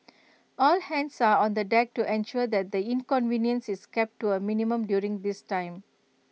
all hands are on the deck to ensure that the inconvenience is kept to A minimum during this time